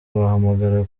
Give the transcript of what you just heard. wahamagara